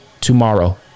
tomorrow